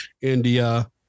India